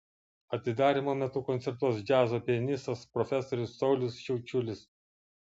atidarymo metu koncertuos džiazo pianistas profesorius saulius šiaučiulis